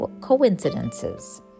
coincidences